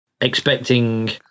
expecting